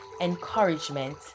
encouragement